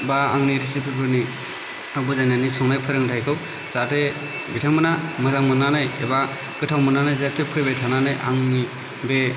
बा आंनि रेसिपिफोरनि बुजायनानै संनाय फोरोंथाइखौ जाहाथे बिथांमोना मोजां मोननानै एबा गोथाव मोननानै जाहाथे फैबाय थानानै आंनि बे